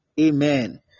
Amen